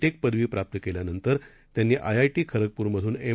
take पदवी प्राप्त केल्यानंतर त्यांनी आयआयटी खरगपूरमधून एम